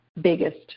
biggest